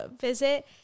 visit